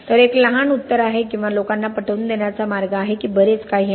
तर एक लहान उत्तर आहे किंवा लोकांना पटवून देण्याचा मार्ग आहे की बरेच काही आहे